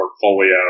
portfolio